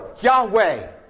Yahweh